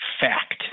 fact